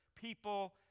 people